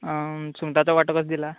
सुंगटाचो वांटो कसो दिला